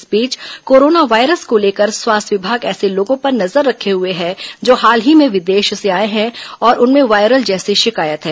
इस बीच corona virus को लेकर स्वास्थ्य विभाग ऐसे लोगों पर नजर रखे हुए हैं जो हाल ही में विदेश से आए हैं और उनमें वायरल जैसी शिकायत है